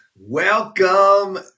Welcome